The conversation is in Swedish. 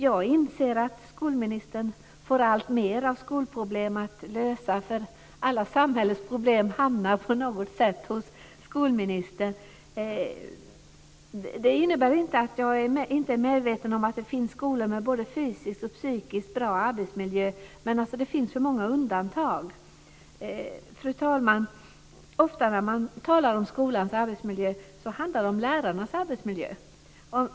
Jag inser att skolministern får alltmer av skolproblem att lösa. Alla samhällets problem hamnar på något sätt hos skolministern. Det innebär inte att jag är omedveten om att det finns skolor med både fysiskt och psykiskt bra arbetsmiljö, men det finns för många undantag. Fru talman! Ofta när man talar om skolans arbetsmiljö handlar det om lärarnas arbetsmiljö.